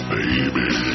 baby